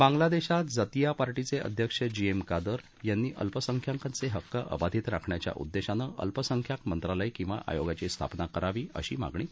बांगलादेशात जातीय पार्टीचे अध्यक्ष जी एम कादर यांनी अल्पसंख्याकांचे हक्क अबाधित राखण्याच्या उद्देशानं अल्पसंख्याक मंत्रालय किंवा आयोगाची स्थापना करावी अशी मागणी केली आहे